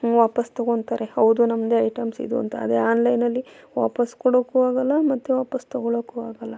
ವಾಪಸ್ಸು ತಗೊಳ್ತಾರೆ ಹೌದು ನಮ್ಮದೆ ಐಟಮ್ಸ್ ಇದು ಅಂತ ಅದೇ ಆನ್ಲೈನಲ್ಲಿ ವಾಪಸ್ಸು ಕೊಡೋಕ್ಕೂ ಆಗಲ್ಲ ಮತ್ತೆ ವಾಪಸ್ಸು ತಗೊಳ್ಳೋಕ್ಕೂ ಆಗಲ್ಲ